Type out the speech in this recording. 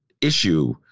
issue